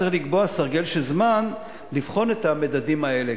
צריך לקבוע סרגל של זמן לבחון את המדדים האלה.